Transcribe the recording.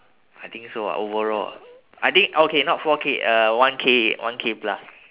I think so ah overall ah I think okay not four K uh one K one K plus